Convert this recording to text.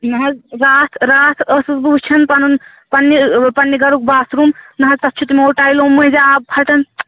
نہَ حظ راتھ راتھ ٲسٕس بہٕ وُچھان پَنُن پَنٕنہِ پَنٕنہِ گَرُک باتھ روٗم نہَ حظ تَتھ چھُ تِمو ٹایلو مٔنٛزۍ آب پھَٹان